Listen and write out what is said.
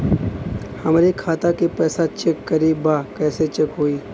हमरे खाता के पैसा चेक करें बा कैसे चेक होई?